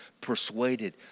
persuaded